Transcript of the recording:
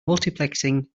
multiplexing